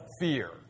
fear